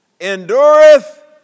endureth